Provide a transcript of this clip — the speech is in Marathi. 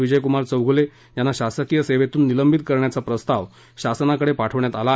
विजयकुमार चौगूले यांना शासकीय सेवेतून निलंबित करण्याचा प्रस्ताव शासनाकडे पाठवण्यात आला आहे